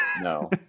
No